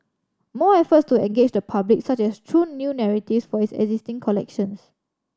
more efforts to engage the public such as through new narratives for its existing collections